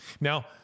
Now